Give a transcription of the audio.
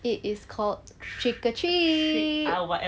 it is called trick or treats